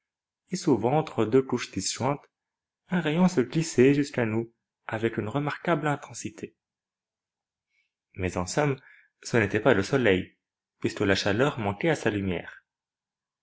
et souvent entre deux couches disjointes un rayon se glissait jusqu'à nous avec une remarquable intensité mais en somme ce n'était pas le soleil puisque la chaleur manquait à sa lumière